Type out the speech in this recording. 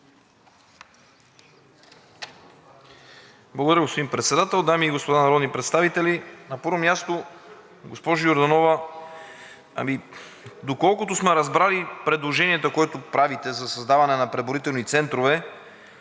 Благодаря, господин Председател. Дами и господа народни представители, на първо място, госпожо Йорданова, ами доколкото сме разбрали предложението, което правите за създаване на преброителни центрове,